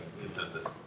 consensus